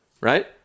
right